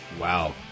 Wow